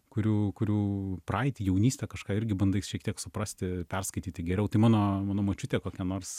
kurių kurių praeitį jaunystę kažką irgi bandai šiek tiek suprasti perskaityti geriau tai mano mano močiutė kokia nors